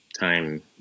time